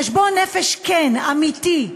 חשבון נפש כן, אמיתי.